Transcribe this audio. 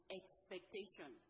expectation